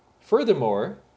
Furthermore